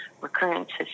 recurrences